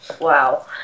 wow